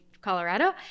Colorado